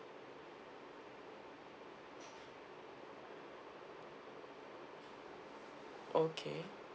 okay